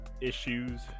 issues